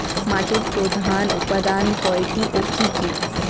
মাটির প্রধান উপাদান কয়টি ও কি কি?